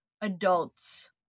adults